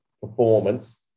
Performance